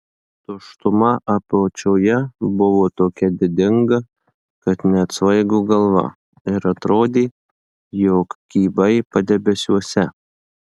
tuštuma apačioje buvo tokia didinga kad net svaigo galva ir atrodė jog kybai padebesiuose